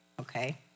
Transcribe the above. okay